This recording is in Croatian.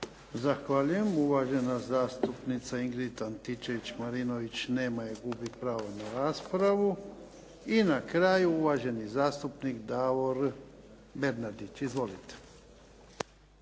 Zahvaljujem. Uvažena zastupnica Ingrid Antičević-Marinović. Nema je, gubi pravo na raspravu. I na kraju uvaženi zastupnik Davor Bernardić. Izvolite.